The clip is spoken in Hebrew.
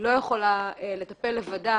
לא יכולה לטפל לבדה